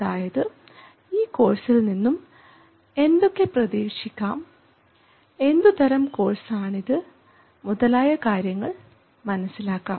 അതായത് ഈ കോഴ്സിൽ നിന്നും എന്തൊക്കെ പ്രതീക്ഷിക്കാം എന്തുതരം കോഴ്സാണിത് മുതലായ കാര്യങ്ങൾ മനസ്സിലാക്കാം